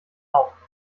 auf